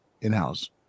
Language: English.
in-house